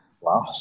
Wow